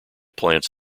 plants